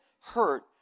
hurt